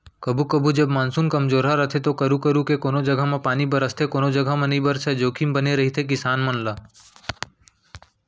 कभू कभू जब मानसून कमजोरहा रथे तो करू करू के कोनों जघा पानी बरसथे कोनो जघा नइ बरसय जोखिम बने रहिथे किसान मन ला